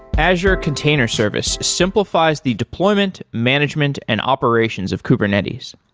azure container service simplifies the deployment, management and operations of kubernetes.